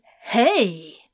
hey